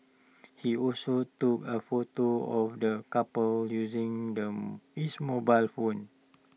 he also took A photo of the couple using them his mobile phone